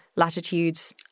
latitudes